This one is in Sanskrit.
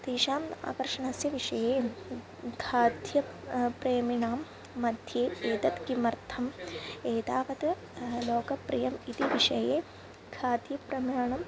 तेषाम् आकर्षणस्य विषये खाद्यं प्रेमिणां मध्ये एतत् किमर्थम् एतावत् लोकप्रियम् इति विषये खाद्यप्रमाणम्